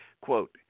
Quote